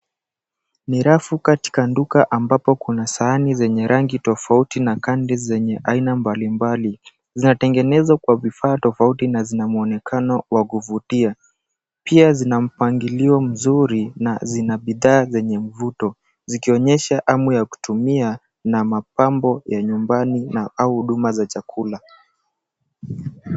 Ni rafu katika duka ambapo kuna sahani zenye rangi tofauti na kadi zenye aina mbalimbali. Zinatengenezwa kwa vifaa tofauti na zina mwonekano wa kuvutia pia zina mpangilio mzuri na zina bidhaa zenye mvuto, zikionyesha hamu ya kutumia na mapambo ya nyumbani au huduma za chakula.